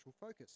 focus